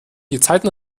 gezeiten